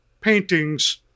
paintings